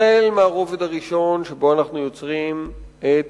החל מהרובד הראשון, שבו אנחנו יוצרים את